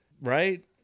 right